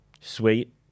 Sweet